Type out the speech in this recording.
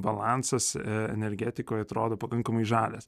balansas energetikoj atrodo pakankamai žalias